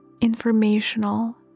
informational